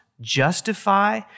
justify